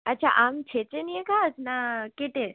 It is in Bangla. আচ্ছা আম ছেঁচে নিয়ে খাস না কেটে